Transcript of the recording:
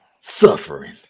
suffering